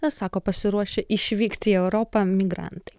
na sako pasiruošę išvykti į europą migrantai